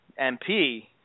MP